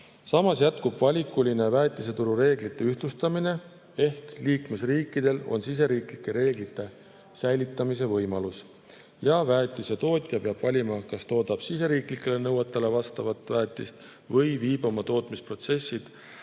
Samas jätkub valikuline väetiseturu reeglite ühtlustamine ehk liikmesriikidel on siseriiklike reeglite säilitamise võimalus ja väetisetootja peab valima, kas toodab siseriiklikele nõuetele vastavat väetist või viib oma tootmisprotsessi